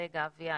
רגע.